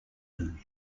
than